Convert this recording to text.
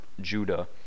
Judah